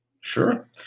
Sure